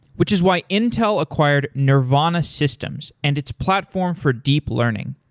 which is why intel acquired nervana systems and its platform for deep learning.